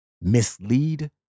mislead